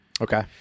Okay